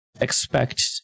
Expect